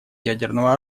ядерного